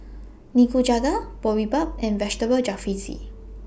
Nikujaga Boribap and Vegetable Jalfrezi